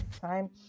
time